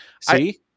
See